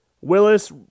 Willis